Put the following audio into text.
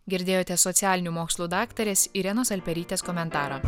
girdėjote socialinių mokslų daktarės irenos alperytės komentarą